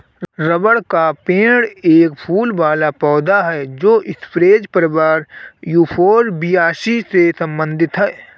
rubber का पेड़ एक फूल वाला पौधा है जो स्परेज परिवार यूफोरबियासी से संबंधित है